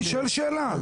אני שואל שאלה,